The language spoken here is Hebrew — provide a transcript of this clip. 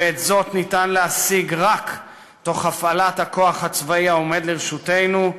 ואת זאת ניתן להשיג רק תוך הפעלת הכוח הצבאי העומד לרשותנו,